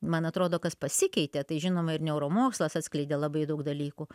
man atrodo kas pasikeitė tai žinoma ir neuromokslas atskleidė labai daug dalykų